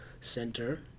Center